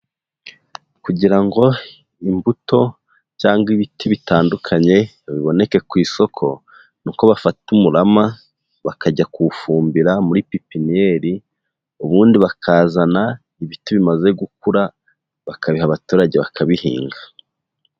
Kugira ngo imbuto cyangwa ibiti bitandukanye biboneke ku isoko nuko bafata umurama, bakajya kuwufumbira muri pipiniyeri, ubundi bakazana ibiti bimaze gukura bakabiha abaturage bakabihinga.